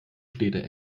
städte